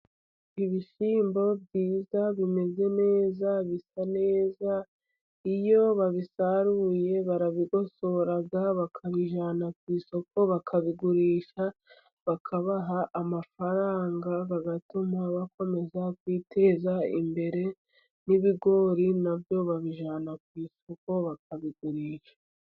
Ibishyimbo byiza bimeze neza, bisa neza, iyo babisaruye barabigosora bakabijyana ku isoko bakabigurisha, bakabaha amafaranga agatuma bakomeza kwiteza imbere, n'ibigori na byo babijyana ku isoko bakabigurisha.